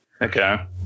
Okay